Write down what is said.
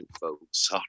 folks